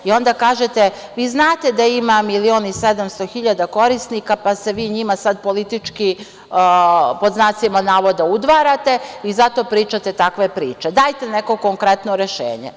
Onda kažete – vi znate da 1.700.000 korisnika, pa se vi njima sada politički, pod znacima navoda, udvarate, i zato pričate takve priče, dajte neko konkretno rešenje.